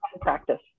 practice